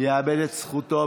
יאבד את זכותו.